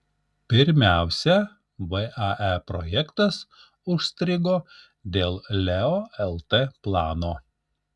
pirmiausia vae projektas užstrigo dėl leo lt plano